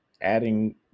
adding